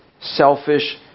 selfish